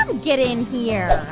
um get in here?